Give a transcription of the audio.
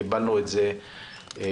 קיבלנו את זה שלשום,